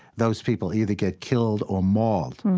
those people either get killed or mauled,